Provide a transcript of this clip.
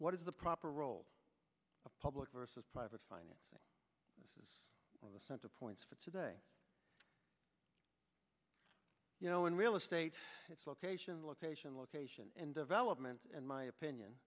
what is the proper role of public versus private financing this is the central point today you know in real estate it's location location location and development in my opinion